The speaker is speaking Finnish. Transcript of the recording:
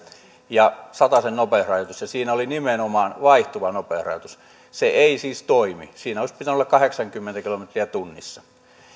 ja satasen nopeusrajoitus ja siinä oli nimenomaan vaihtuva nopeusrajoitus se ei siis toimi siinä olisi pitänyt olla kahdeksankymmentä kilometriä tunnissa